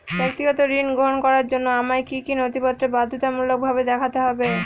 ব্যক্তিগত ঋণ গ্রহণ করার জন্য আমায় কি কী নথিপত্র বাধ্যতামূলকভাবে দেখাতে হবে?